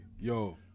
Yo